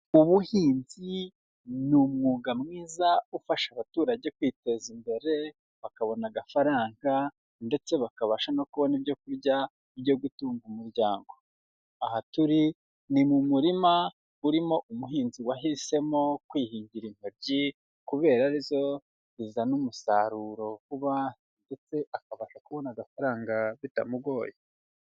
Ubuhinzi ni umwuga mwiza ufasha abaturage kwiteza imbere, bakabona agafaranga ndetse bakabasha no kubona ibyo kurya byo gutunga umuryango, aha turi ni mu murima urimo umuhinzi wahisemo kwihingira intoryi kubera ari zo zizana umusaruro vuba, ndetse akabasha kubona agafaranga bitamugoye.